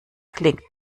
klingt